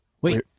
Wait